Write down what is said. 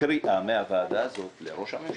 קריאה מן הוועדה הזאת לראש הממשלה,